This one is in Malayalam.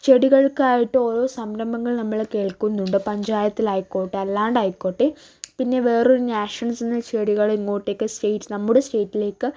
ചെടികൾക്കായിട്ട് ഓരോ സംരംഭങ്ങൾ നമ്മൾ കേൾക്കുന്നുണ്ട് പഞ്ചായത്തിലായിക്കോട്ടെ അല്ലാണ്ടായിക്കോട്ടെ പിന്നെ വേറൊരു നാഷൺസിൽ നിന്ന് ചെടികളിങ്ങോട്ടേക്ക് സ്റ്റെയ്റ്റ്സ് നമ്മുടെ സ്റ്റെയ്റ്റിലേക്ക്